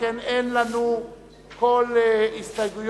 שכן אין לנו כל הסתייגויות.